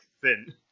thin